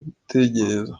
gutegereza